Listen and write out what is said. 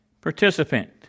participant